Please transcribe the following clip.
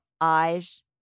eyes